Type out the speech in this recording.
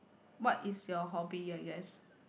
what is your hobby I guess